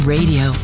Radio